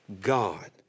God